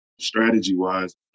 Strategy-wise